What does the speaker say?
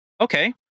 Okay